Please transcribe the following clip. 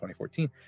2014